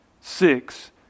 Six